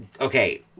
Okay